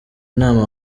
inama